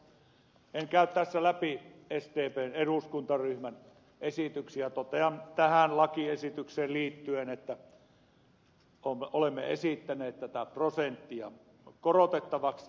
en käy tässä läpi sdpn eduskuntaryhmän esityksiä totean tähän lakiesitykseen liittyen että olemme esittäneet tätä prosenttia korotettavaksi